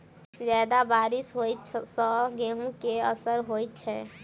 जियादा बारिश होइ सऽ गेंहूँ केँ असर होइ छै?